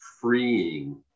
freeing